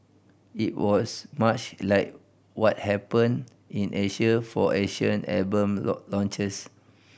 it was much like what happened in Asia for Asian album launches